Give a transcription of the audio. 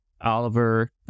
Oliver